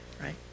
right